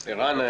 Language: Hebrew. ערן,